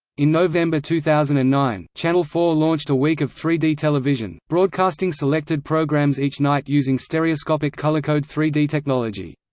in november two thousand and nine, channel four launched a week of three d television, broadcasting selected programmes each night using stereoscopic colorcode three d technology.